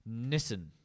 Nissan